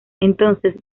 entonces